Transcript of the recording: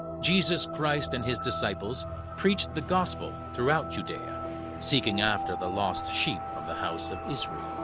jesus christ and his disciples preached the gospel throughout judaea seeking after the lost sheep of the house of israel.